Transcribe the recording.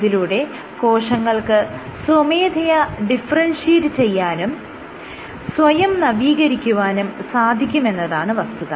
ഇതിലൂടെ കോശങ്ങൾക്ക് സ്വമേധയാ ഡിഫറെൻഷിയേറ്റ് ചെയ്യാനും സ്വയം നവീകരിക്കാനും സാധിക്കുമെന്നതാണ് വസ്തുത